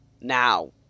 now